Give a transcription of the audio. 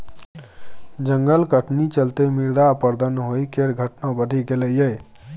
जंगल कटनी चलते मृदा अपरदन होइ केर घटना बढ़ि गेलइ यै